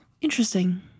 Interesting